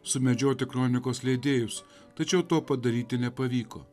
sumedžioti kronikos leidėjus tačiau to padaryti nepavyko